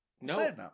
No